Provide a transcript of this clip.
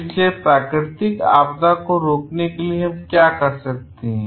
इसलिए प्राकृतिक आपदा को रोकने के लिए हम क्या कर सकते हैं